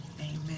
amen